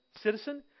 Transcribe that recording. citizen